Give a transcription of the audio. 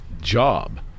job